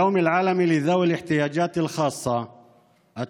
להלן תרגומם: ביום העולמי לבעלי הצרכים המיוחדים אני